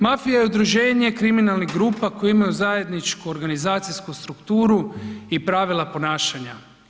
Mafija je udruženje kriminalnih grupa koje imaju zajedničku organizacijsku strukturu i pravila ponašanja.